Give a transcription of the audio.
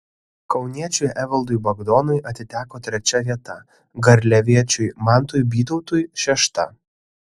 kauniečiui evaldui bagdonui atiteko trečia vieta garliaviečiui mantui bytautui šešta